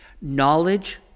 Knowledge